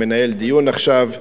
שמנהל דיון עכשיו: